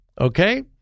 Okay